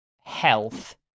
health